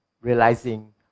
realizing